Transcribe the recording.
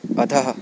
अधः